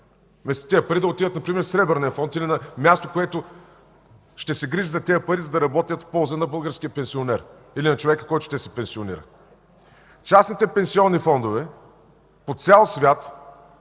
Вместо тези пари например да отидат в Сребърния фонд или на място, което ще се грижи тези пари да работят в полза на българския пенсионер или на човека, който ще се пенсионира. Частните пенсионни фондове по цял свят